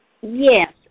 Yes